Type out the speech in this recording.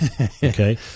Okay